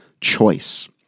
choice